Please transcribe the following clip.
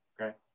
okay